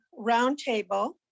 roundtable